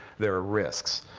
there are risks.